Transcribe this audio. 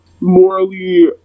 morally